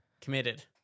Committed